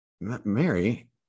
Mary